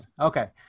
okay